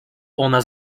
ona